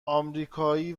آمریکایی